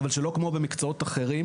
אבל שלא כמו במקצועות אחרים,